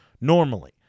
normally